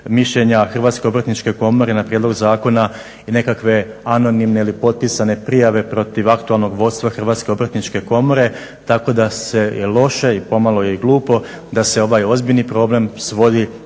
mišljenja Hrvatske obrtničke komore na prijedlog zakona i nekakve anonimne ili potpisane prijave protiv aktualnog vodstva Hrvatske obrtničke komore tako da se loše i pomalo je i glupo da se ovaj ozbiljni problem svodi